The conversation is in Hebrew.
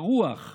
הרוח,